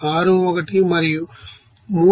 61 మరియు 3 వద్ద మళ్ళీ 0